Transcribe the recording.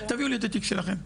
תעבירו לי את התיק שלכם.